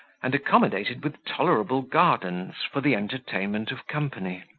and accommodated with tolerable gardens, for the entertainment of company.